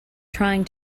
trying